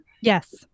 Yes